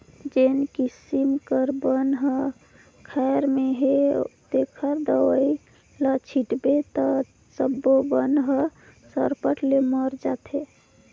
जेन किसम के बन हर खायर में हे तेखर दवई ल छिटबे त सब्बो बन हर सरपट ले मर जाथे